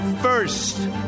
first